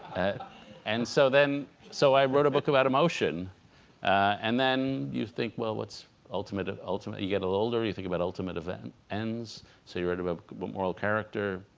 ah and so then so i wrote a book about emotion and then you think well what's ultimate ultimately you get an older you think about ultimate event ends so you read about moral character